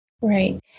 Right